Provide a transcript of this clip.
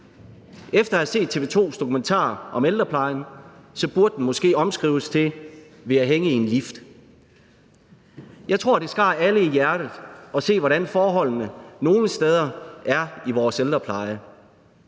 Efter at have set TV 2's dokumentar om ældreplejen, burde den måske omskrives til »vil jeg hænge i en lift«. Jeg tror, det skar alle i hjertet at se, hvordan forholdene nogle steder er i vores ældrepleje